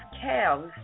calves